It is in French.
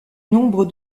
nombre